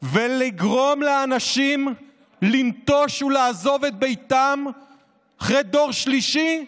ולגרום לאנשים לנטוש ולעזוב את ביתם אחרי דור שלישי,